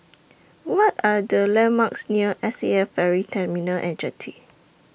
What Are The landmarks near S A F Ferry Terminal and Jetty